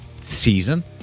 season